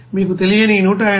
మీకు తెలియని 186